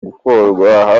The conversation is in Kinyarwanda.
gukorwa